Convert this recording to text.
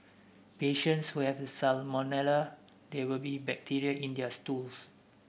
patients who have salmonella there will be bacteria in their stools